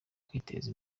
kwiteza